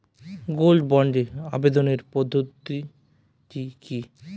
Gold বন্ডে আবেদনের পদ্ধতিটি কি?